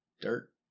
dirt